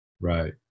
Right